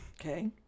Okay